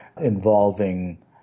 involving